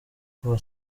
kuva